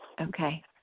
Okay